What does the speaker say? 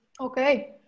Okay